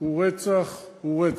הוא רצח הוא רצח.